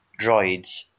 droids